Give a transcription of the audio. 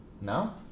No